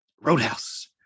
Roadhouse